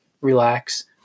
relax